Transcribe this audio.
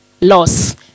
loss